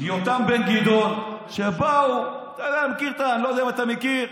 יותם בן גדעון, שבאו, אני לא יודע אם אתה מכיר,